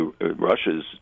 Russia's